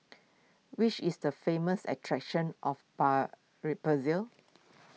which is the famous attractions of bar re Brazil